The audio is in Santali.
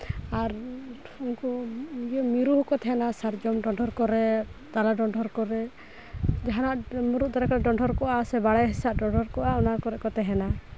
ᱟᱨ ᱩᱱᱠᱩ ᱢᱤᱨᱩ ᱦᱚᱸᱠᱚ ᱛᱟᱦᱮᱱᱟ ᱥᱟᱨᱡᱚᱢ ᱰᱚᱸᱰᱷᱚᱨ ᱠᱚᱨᱮᱫ ᱛᱟᱞᱮ ᱰᱚᱸᱰᱷᱚᱨ ᱠᱚᱨᱮᱫ ᱡᱟᱦᱟᱱᱟᱜ ᱢᱩᱨᱩᱫᱽ ᱫᱟᱨᱮ ᱠᱚᱨᱮᱫ ᱰᱚᱸᱰᱷᱚᱨ ᱠᱚᱜᱼᱟ ᱥᱮ ᱵᱟᱲᱮ ᱦᱮᱸᱥᱟᱜ ᱰᱚᱸᱰᱷᱚᱨ ᱠᱚᱜᱼᱟ ᱚᱱᱟ ᱠᱚᱨᱮᱫ ᱠᱚ ᱛᱟᱦᱮᱱᱟ